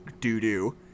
doo-doo